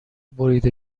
بریده